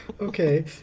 okay